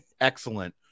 Excellent